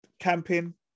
camping